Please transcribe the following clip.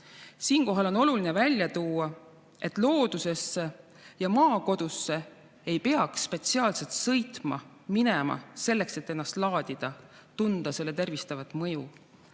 Siinkohal on oluline välja tuua, et loodusesse ja maakodusse ei peaks spetsiaalselt sõitma, minema sinna selleks, et ennast laadida, tunda selle tervistavat mõju.